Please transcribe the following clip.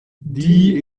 die